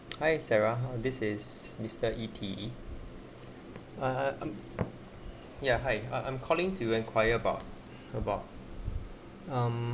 hi sarah this is mister E_T ah ah mm ya hi i I'm calling to enquire about about um